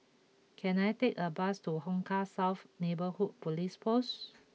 can I take a bus to Hong Kah South Neighbourhood Police Post